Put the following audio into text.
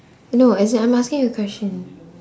no as in I'm asking a question